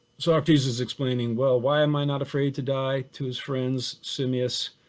socrates is explaining, well, why am i not afraid to die to his friend simmius